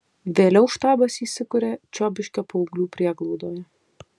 vėliau štabas įsikuria čiobiškio paauglių prieglaudoje